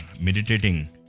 meditating